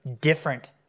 different